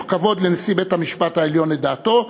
כבוד לנשיא בית-המשפט העליון את דעתו.